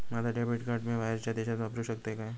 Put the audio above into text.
माझा debit card मी बाहेरच्या देशात वापरू शकतय काय?